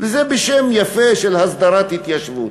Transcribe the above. וזה בשם יפה של "הסדרת התיישבות".